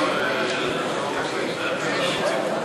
מרצ להביע אי-אמון בממשלה לא נתקבלה.